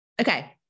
Okay